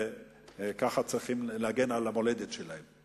וככה צריכים להגן על המולדת שלהם.